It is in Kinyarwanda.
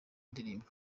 indirimbo